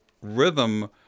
rhythm